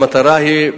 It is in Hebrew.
המטרה היא,